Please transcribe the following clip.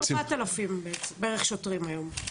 חסר בערך 4,000 שוטרים היום.